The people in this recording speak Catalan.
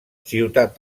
ciutat